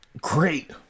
great